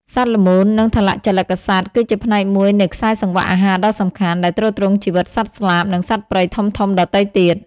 សត្វល្មូន និងថលជលិកសត្វគឺជាផ្នែកមួយនៃខ្សែសង្វាក់អាហារដ៏សំខាន់ ដែលទ្រទ្រង់ជីវិតសត្វស្លាប និងសត្វព្រៃធំៗដទៃទៀត។